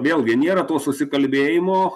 vėlgi nėra to susikalbėjimo